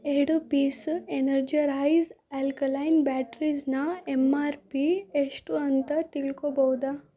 ಎರಡು piece Energizer alkaline ಬ್ಯಾಟರೀಸ್ನ M R P ಎಷ್ಟು ಅಂತ ತಿಳ್ಕೋಬೌದಾ